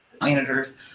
managers